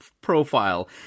profile